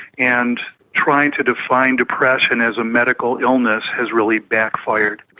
and trying to define depression as a medical illness has really backfired.